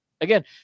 again